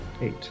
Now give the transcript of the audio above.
Eight